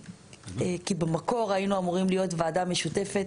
כי במקור היינו אמורים להיות ועדה משותפת